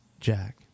Jack